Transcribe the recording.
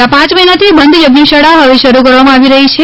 છેલ્લા પાંચ મહિનાથી બંધ યજ્ઞશાળા હવે શરૂ કરવામાં આવી રહી છે